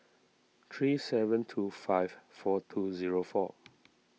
three seven two five four two zero four